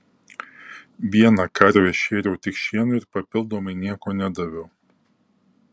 vieną karvę šėriau tik šienu ir papildomai nieko nedaviau